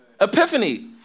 Epiphany